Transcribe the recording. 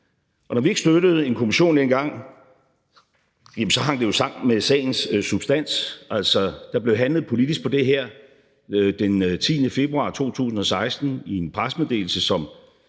Når vi ikke støttede nedsættelsen af en kommission dengang, hang det jo sammen med sagens substans. Der blev handlet politisk på det her den 10. februar 2016 i en pressemeddelelse, som